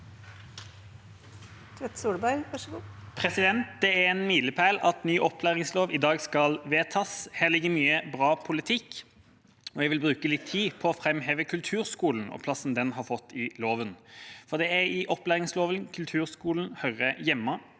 Det er en milepæl at ny opplæringslov i dag skal vedtas. Her ligger det mye bra politikk, og jeg vil bruke litt tid på å framheve kulturskolen og plassen den har fått i loven. Det er i opplæringsloven kulturskolen hører hjemme.